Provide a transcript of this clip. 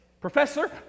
Professor